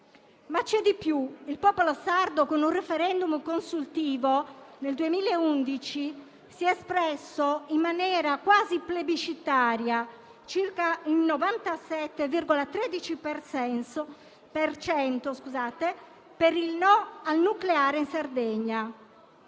Ma c'è di più. Il popolo sardo, con un *referendum* consultivo, nel 2011 si è espresso in maniera quasi plebiscitaria (circa il 97,13 per cento) per il no al nucleare in Sardegna.